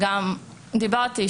דיברתי,